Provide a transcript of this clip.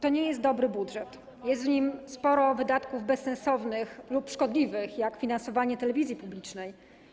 To nie jest dobry budżet, bo jest w nim sporo wydatków bezsensownych lub szkodliwych jak finansowanie telewizji publicznej.